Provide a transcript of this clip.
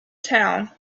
town